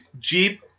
Jeep